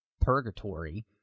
purgatory